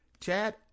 Chad